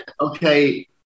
okay